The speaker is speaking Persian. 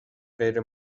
غیر